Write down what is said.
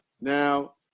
Now